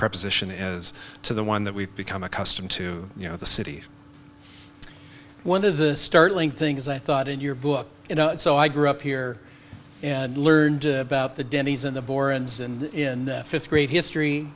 proposition as to the one that we've become accustomed to you know the city one of the startling things i thought in your book so i grew up here and learned about the denny's in the boron's and in fifth grade history